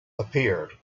appeared